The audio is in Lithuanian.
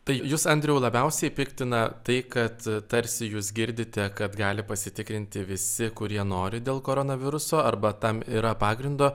tai jus andriau labiausiai piktina tai kad tarsi jūs girdite kad gali pasitikrinti visi kurie nori dėl koronaviruso arba tam yra pagrindo